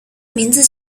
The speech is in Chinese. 名字